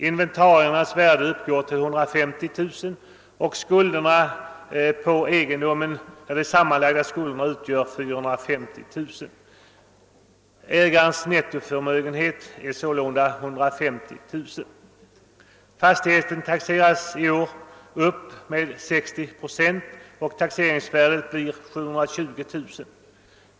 Inventariernas värde uppgick till 150 000 och skulderna på egendomen = till 450 000 kr. Ägarens nettoförmögenhet var således 150 000 kr. Fastigheten taxeras i år upp med 60 procent och taxeringsvärdet blir sålunda 720 000 kr.